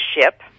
ship